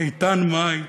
איתן מאי,